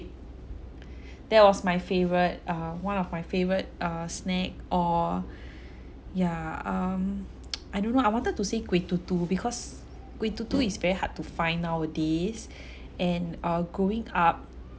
that was my favourite uh one of my favourite uh snack or yeah um I don't know I wanted to say kueh tutu because kueh tutu is very hard to find nowadays and uh growing up